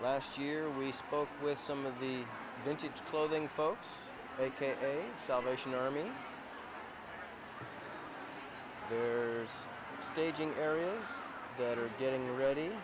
last year we spoke with some of the vintage clothing folks aka salvation army there is aging areas that are getting ready